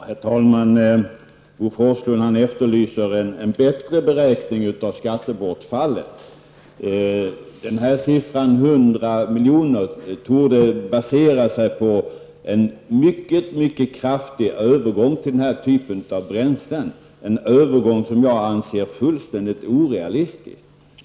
Herr talman! Bo Forslund efterlyser en bättre beräkning av skattebortfallet. Siffran 100 milj.kr. torde ha baserats på en beräknad mycket kraftig övergång till den här typen av bränsle. En övergång av den omfattningen anser jag vara fullständigt orealistisk.